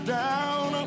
down